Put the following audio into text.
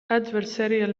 adversarial